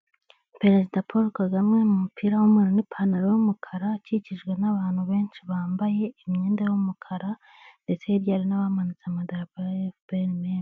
Perezida Paul Kagame mu mupira w'umweru n'ipantaro y'umukara akikijwe n'abantu benshi bambaye imyenda y'umukara ndetse hirya hari n'abamananitse amadarapa ya FPR menshi.